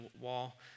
wall